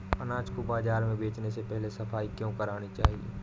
अनाज को बाजार में बेचने से पहले सफाई क्यो करानी चाहिए?